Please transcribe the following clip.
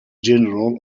general